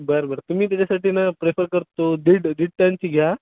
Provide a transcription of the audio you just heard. बरं बरं तुम्ही त्याच्यासाठी ना प्रेफर करतो दीड दीड टनची घ्या